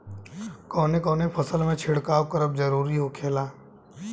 कवने कवने फसल में छिड़काव करब जरूरी होखेला?